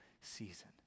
season